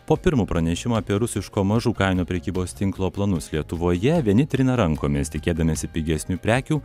po pirmo pranešimo apie rusiško mažų kainų prekybos tinklo planus lietuvoje vieni trina rankomis tikėdamiesi pigesnių prekių